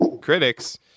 critics